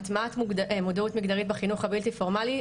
הטמעת מודעות מגדרית בחינוך הבלתי פורמלי,